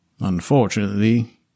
Unfortunately